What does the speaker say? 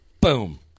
Boom